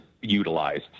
utilized